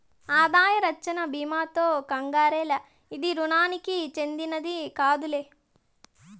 ఆదాయ రచ్చన బీమాతో కంగారేల, ఇది రుణానికి చెందినది కాదులే